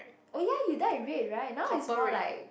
oh ya you dyed red right now is more like